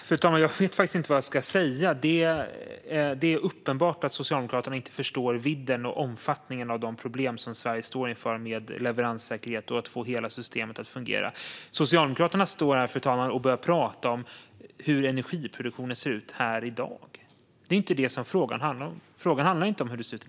Fru talman! Jag vet inte vad jag ska säga. Det är uppenbart att Socialdemokraterna inte förstår vidden och omfattningen av de problem som Sverige står inför med leveranssäkerhet och att få hela systemet att fungera. Socialdemokraterna står här och pratar om hur energiproduktionen ser ut i dag. Det var inte det frågan handlade om.